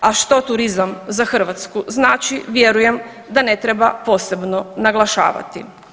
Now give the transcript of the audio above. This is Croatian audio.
A što turizam za Hrvatsku znači vjerujem da ne treba posebno naglašavati.